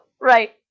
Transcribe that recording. Right